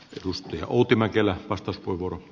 totuus ja outi mäkelä vastasi paneuduttu